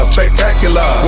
Spectacular